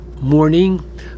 morning